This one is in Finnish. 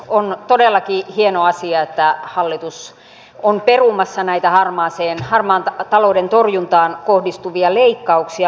on todellakin hieno asia että hallitus on perumassa näitä harmaan talouden torjuntaan kohdistuvia leikkauksia